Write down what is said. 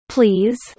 Please